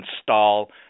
install